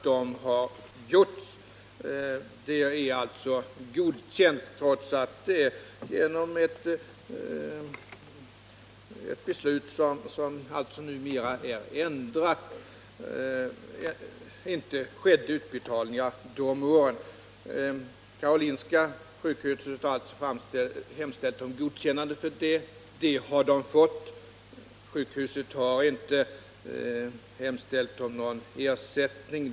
Detta är alltså godkänt, trots att det — genom det beslut som alltså numera är ändrat — inte skedde några utbetalningar de åren. Karolinska sjukhuset har hemställt om godkännande för detta, och det har sjukhuset fått. Sjukhuset har däremot inte hemställt om någon ersättning.